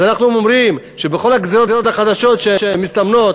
אז אנחנו אומרים שבכל הגזירות החדשות שמסתמנות,